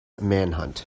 manhunt